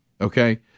okay